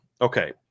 Okay